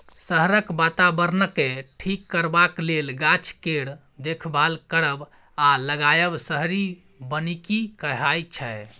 शहरक बाताबरणकेँ ठीक करबाक लेल गाछ केर देखभाल करब आ लगाएब शहरी बनिकी कहाइ छै